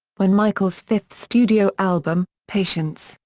when michael's fifth studio album, patience,